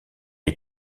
est